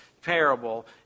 parable